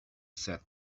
said